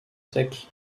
sec